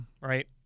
Right